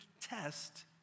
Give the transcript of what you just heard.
test